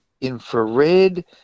infrared